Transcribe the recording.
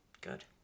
good